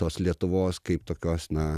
tos lietuvos kaip tokios na